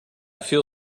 feel